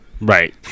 Right